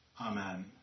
Amen